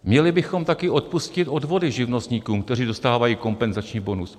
Měli bychom taky odpustit odvody živnostníkům, kteří dostávají kompenzační bonus.